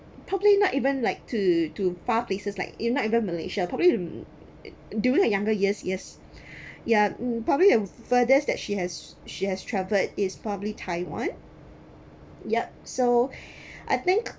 probably not even like to to far places like it not even malaysia probably it during her younger years years ya probably the furthest that she has she has travelled is probably taiwan yup so I think